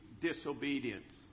disobedience